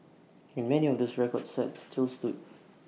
and many of those records set still stood